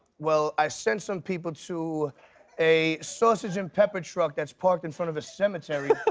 well, i sent some people to a sausage and pepper truck that's parked in front of a cemetery.